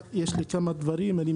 כמה דברים להגיד.